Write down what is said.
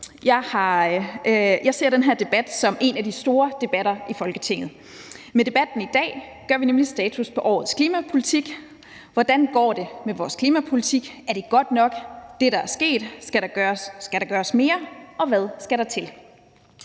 Jeg ser den her debat som en af de store debatter i Folketinget. Med debatten i dag gør vi nemlig status over årets klimapolitik: Hvordan går det med vores klimapolitik? Er det, der er sket, godt nok? Skal der gøres mere? Og hvad skal der til?